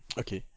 okay